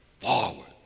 forward